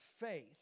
faith